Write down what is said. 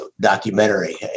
documentary